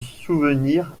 souvenir